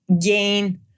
gain